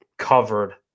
covered